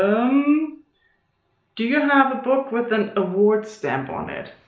um do you have a book with an award stamp on it?